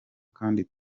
kandi